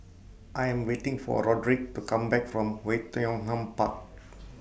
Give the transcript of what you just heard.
I Am waiting For Rodrick to Come Back from Oei Tiong Ham Park